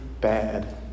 bad